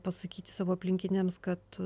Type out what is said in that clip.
pasakyti savo aplinkiniams kad